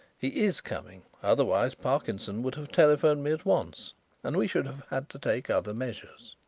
he is coming otherwise parkinson would have telephoned me at once and we should have had to take other measures.